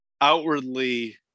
outwardly